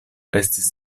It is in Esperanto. estis